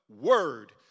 Word